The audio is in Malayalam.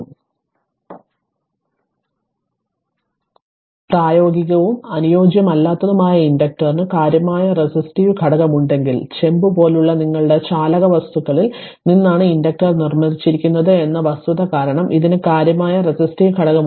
അതിനാൽ പ്രായോഗികവും അനുയോജ്യമല്ലാത്തതുമായ ഇൻഡക്റ്ററിന് കാര്യമായ റെസിസ്റ്റീവ് ഘടകമുണ്ടെങ്കിൽ ചെമ്പ് പോലുള്ള നിങ്ങളുടെ ചാലക വസ്തുക്കളിൽ നിന്നാണ് ഇൻഡക്റ്റർ നിർമ്മിച്ചിരിക്കുന്നത് എന്ന വസ്തുത കാരണം ഇതിന് കാര്യമായ റെസിസ്റ്റീവ് ഘടകമുണ്ട്